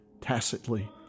tacitly